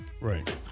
Right